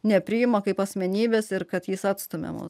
nepriima kaip asmenybės ir kad jis atstumiamas